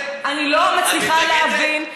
מתנגדת לחוק הזה?